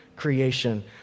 creation